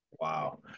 wow